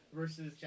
versus